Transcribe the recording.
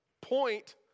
point